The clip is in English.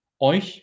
euch